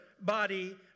body